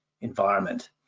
environment